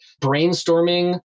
brainstorming